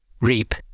Reap